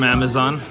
Amazon